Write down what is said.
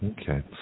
Okay